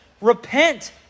repent